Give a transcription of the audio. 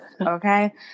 okay